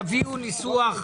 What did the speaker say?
תביאו ניסוח,